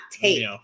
tape